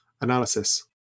analysis